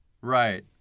Right